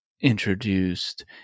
introduced